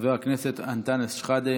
חבר הכנסת אנטאנס שחאדה,